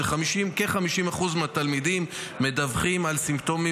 זה כ-50% מהתלמידים שמדווחים על סימפטומים